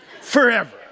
forever